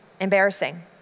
embarrassing